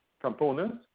components